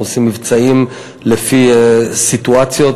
אנחנו עושים מבצעים לפי סיטואציות.